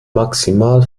maximal